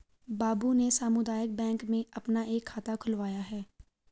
बाबू ने सामुदायिक बैंक में अपना एक खाता खुलवाया है